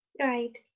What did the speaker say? Right